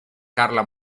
carla